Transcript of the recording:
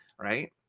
right